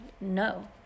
no